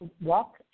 walk